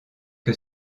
que